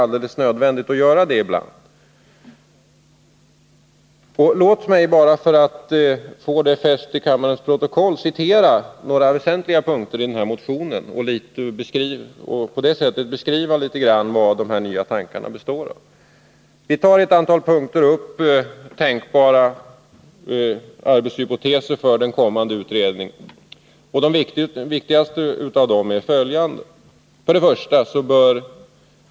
Låt mig bara för att få det fäst i kammarens protokoll återge några väsentliga punkter i motionen och på det sättet beskriva vari de nya tankarna består. Vi tar i ett antal punkter upp tänkbara arbetshypoteser för den kommande utredningen om arbetsmarknadsverkets organisation och verk samhet.